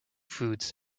foods